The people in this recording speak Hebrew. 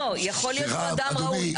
לא, יכול להיות שהוא אדם ראוי.